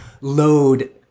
load